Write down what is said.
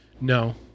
No